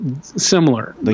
similar